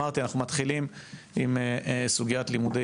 אמרתי שאנחנו מתחילים עם סוגיית לימודי